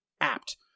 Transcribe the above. apt